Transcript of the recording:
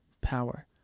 power